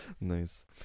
Nice